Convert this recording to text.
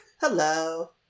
Hello